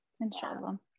inshallah